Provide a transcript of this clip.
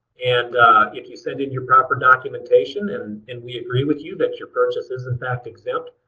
and if you send in your proper documentation and and we agree with you that your purchase is in fact exempt,